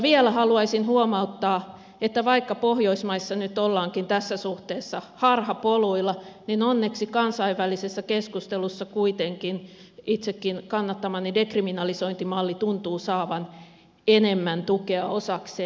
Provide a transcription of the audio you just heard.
vielä haluaisin huomauttaa että vaikka pohjoismaissa nyt ollaankin tässä suhteessa harhapoluilla niin onneksi kansainvälisessä keskustelussa kuitenkin itsekin kannattamani dekriminalisointimalli tuntuu saavan enemmän tukea osakseen